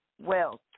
wealth